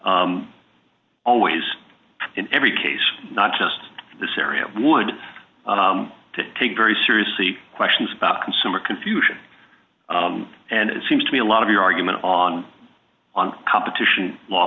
always in every case not just this area would take very seriously questions about consumer confusion and it seems to me a lot of your argument on on competition law